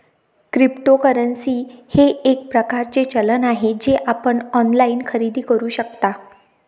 cryptocurrency हे एक प्रकारचे चलन आहे जे आपण ऑनलाइन खरेदी करू शकता